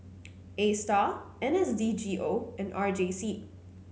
A Star N S D G O and R J C